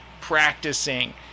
practicing